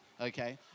okay